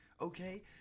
Okay